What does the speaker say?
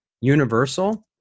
universal